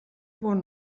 bon